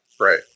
right